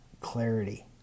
clarity